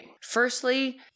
Firstly